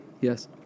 yes